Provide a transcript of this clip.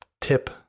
tip